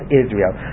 israel